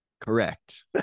Correct